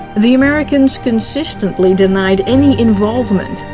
the americans consistently denied any involvement,